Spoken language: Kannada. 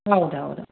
ಹೌದೌದು